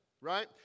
right